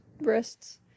wrists